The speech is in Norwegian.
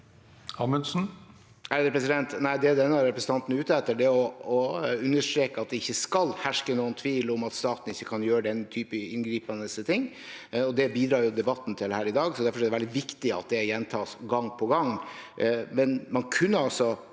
Det denne representanten er ute etter, er å understreke at det ikke skal herske noen tvil om at staten ikke kan gjøre slike inngripende ting. Det bidrar debatten her i dag til, derfor er det veldig viktig at det gjentas gang på gang,